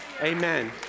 Amen